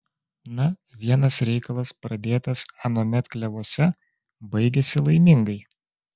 na vienas reikalas pradėtas anuomet klevuose baigiasi laimingai